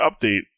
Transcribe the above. update